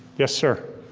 yes sir.